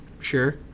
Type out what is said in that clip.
sure